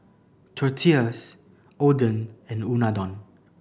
Tortillas Oden and Unadon